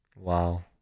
Wow